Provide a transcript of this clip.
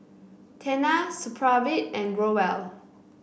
Tena Supravit and Growell